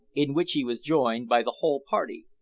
in which he was joined by the whole party.